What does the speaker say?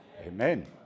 Amen